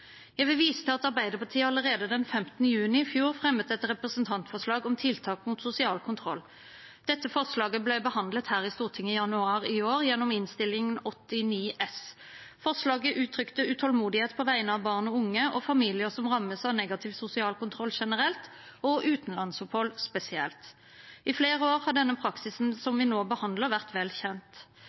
Jeg vil vise til at Arbeiderpartiet allerede den 15. juni i fjor la fram et representantforslag om tiltak mot sosial kontroll. Dette forslaget ble behandlet her i Stortinget i januar år gjennom Innst. 89 S for 2020–2021. Forslaget uttrykte utålmodighet på vegne av barn og unge og familier som rammes av negativ sosial kontroll generelt og utenlandsopphold spesielt. I flere år har denne praksisen som vi nå behandler, vært vel kjent.